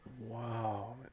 Wow